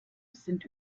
sind